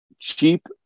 cheap